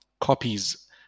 copies